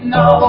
no